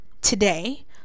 today